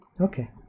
okay